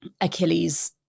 achilles